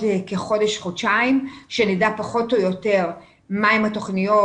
כחודש-חודשיים כשנדע פחות או יותר מהן התוכניות,